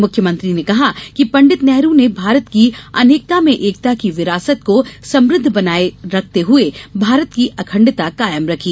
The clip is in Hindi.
मुख्यमंत्री ने कहा कि पण्डित नेहरू ने भारत की अनेकता में एकता की विरासत को समृद्ध बनाये रखते हुए भारत की अखंडता कायम रखी